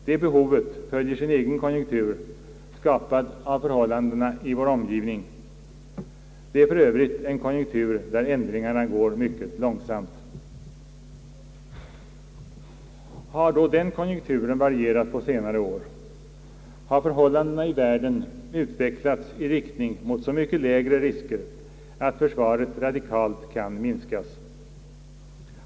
Det behovet följer sin egen konjunktur, skapad av förhållandena i vår omgivning, Det är för övrigt en konjunktur där ändringarna går mycket långsamt. Har då den konjunkturen varierat på senare år? Har förhållandena i världen utvecklats i riktning mot så mycket lägre risker, att försvaret radikalt kan minskas?